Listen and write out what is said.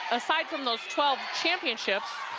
aside from those twelve championships,